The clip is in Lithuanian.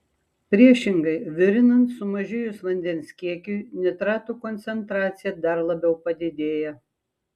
priešingai virinant sumažėjus vandens kiekiui nitratų koncentracija dar labiau padidėja